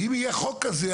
ואם יהיה חוק כזה,